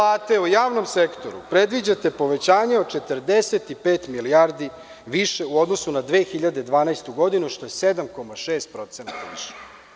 Plate u javnom sektoru predviđate povećanje od 45 milijardi više u odnosu na 2012. godinu, što je 7,6% više.